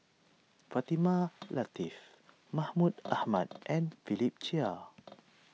Fatimah Lateef Mahmud Ahmad and Philip Chia